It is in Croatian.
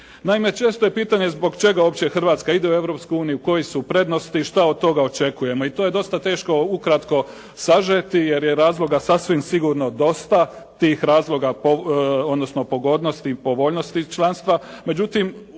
Naime, često je pitanje zbog čega uopće Hrvatske ide u Europsku uniju, koje su prednosti, šta od toga očekujemo. I to je dosta teško ukratko sažeti, jer je razloga sasvim sigurno dosta, tih razloga odnosno pogodnosti i povoljnosti članstva.